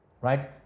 right